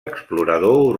explorador